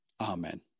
Amen